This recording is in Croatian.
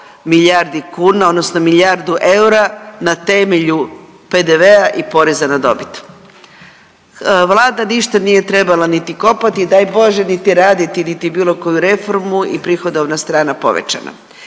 milijardi kuna odnosno milijardu eura na temelju PDV-a i poreza na dobit. Vlada ništa nije trebala niti kopati i daj Bože niti raditi, niti bilo koju reformu i prihodovna strana povećana.